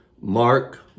Mark